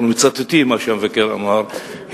אנחנו מצטטים מה שהמבקר אמר,